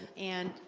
and,